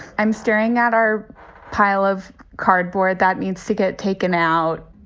i'm staring at our pile of cardboard that needs to get taken out.